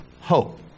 hope